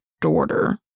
daughter